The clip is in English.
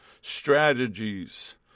strategies